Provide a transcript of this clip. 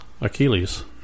Achilles